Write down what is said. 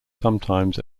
sometimes